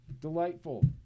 Delightful